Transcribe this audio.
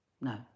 No